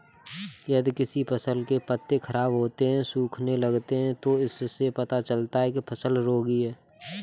यदि किसी फसल के पत्ते खराब होते हैं, सूखने लगते हैं तो इससे पता चलता है कि फसल रोगी है